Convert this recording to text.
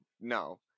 no